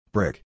Brick